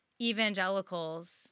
evangelicals